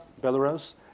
Belarus